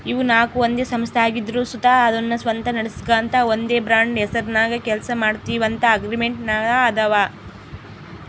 ಇವು ನಾಕು ಒಂದೇ ಸಂಸ್ಥೆ ಆಗಿದ್ರು ಸುತ ಅದುನ್ನ ಸ್ವಂತ ನಡಿಸ್ಗಾಂತ ಒಂದೇ ಬ್ರಾಂಡ್ ಹೆಸರ್ನಾಗ ಕೆಲ್ಸ ಮಾಡ್ತೀವಂತ ಅಗ್ರಿಮೆಂಟಿನಾಗಾದವ